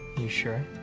you sure?